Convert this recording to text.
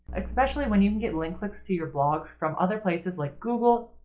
especially when you can get link clicks to your blog from other places like google,